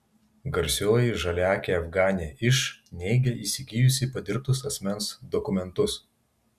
garsioji žaliaakė afganė iš neigia įsigijusi padirbtus asmens dokumentus